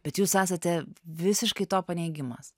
bet jūs esate visiškai to paneigimas